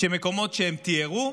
שמקומות שהם טיהרו,